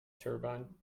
turbine